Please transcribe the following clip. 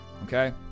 Okay